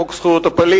חוק זכויות הפליט,